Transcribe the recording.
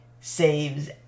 saves